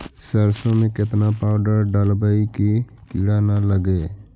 सरसों में केतना पाउडर डालबइ कि किड़ा न लगे?